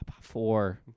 Four